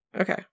okay